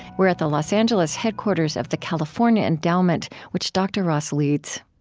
we're at the los angeles headquarters of the california endowment, which dr. ross leads